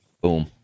Boom